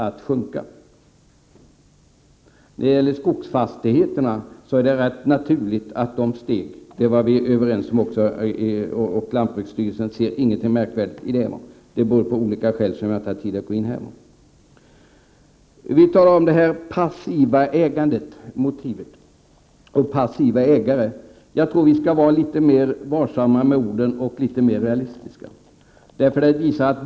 Att priset på skogsfastigheter skulle stiga var rätt naturligt. Det var vi överens om, och lantbruksstyrelsen ser ingenting märkvärdigt i detta förhållande. Det beror på olika saker som jag inte har tid att gå in på nu. När vi talar om det passiva ägandet och om passiva ägare tror jag att vi skall vara litet mer varsamma med orden och litet mer realistiska.